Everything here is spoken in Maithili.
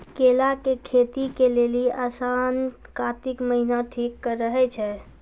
केला के खेती के लेली आसिन कातिक महीना ठीक रहै छै